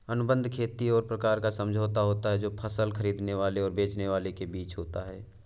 अनुबंध खेती एक प्रकार का समझौता होता है जो फसल खरीदने वाले और बेचने वाले के बीच होता है